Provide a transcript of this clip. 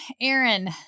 Aaron